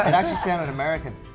and actually sounded american.